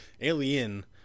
Alien